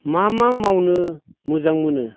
मा मा मावनो मोजां मोनो